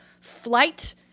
flight